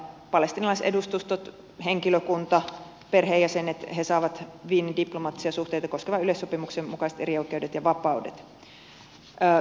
palestiinalaisedustustot henkilökunta perheenjäsenet saavat wienin diplomaattisia suhteita koskevan yleissopimuksen mukaiset erioikeudet ja vapaudet